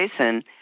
Jason